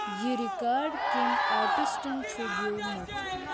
یہِ رِکاڈ کٔمۍ آرٹِسٹن چھُ گیوٚمُت